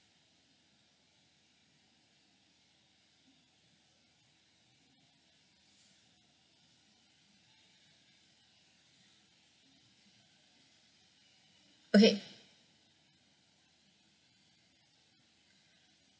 okay